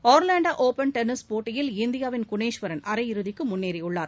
Orlando open tennis போட்டியில் இந்தியாவின் குணேஸ்வரன் அரர இறதிக்கு முன்னேறியுள்ளார்